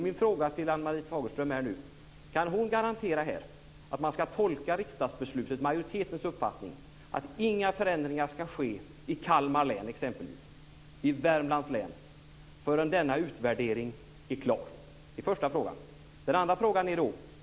Min fråga till Ann-Marie Fagerström är: Kan hon garantera att man ska tolka riksdagsbeslutet, majoritetens uppfattning, att inga förändringar ska ske i exempelvis Kalmar län, i Värmlands län, förrän denna utvärdering är klar? Det är den första frågan. Så den andra frågan.